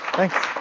Thanks